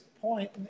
point